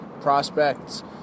prospects